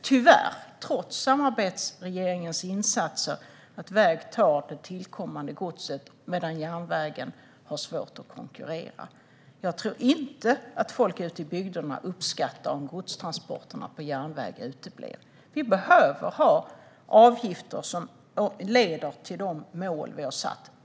Trots samarbetsregeringens insatser ser vi nu tyvärr att det tillkommande godset går på väg, medan järnvägen har svårt att konkurrera. Jag tror inte att folk ute i bygderna uppskattar om godstransporterna på järnväg uteblir. Vi behöver ha avgifter som leder till de mål som vi har satt upp.